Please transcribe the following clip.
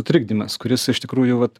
trikdymas kuris iš tikrųjų vat